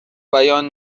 بیان